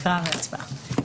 הקראה והצבעה.